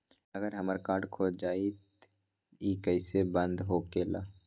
अगर हमर कार्ड खो जाई त इ कईसे बंद होकेला?